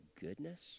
goodness